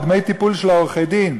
דמי טיפול של עורכי-דין.